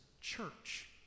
church